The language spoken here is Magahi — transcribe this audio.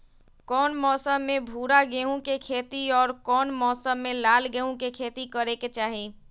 कौन मौसम में भूरा गेहूं के खेती और कौन मौसम मे लाल गेंहू के खेती करे के चाहि?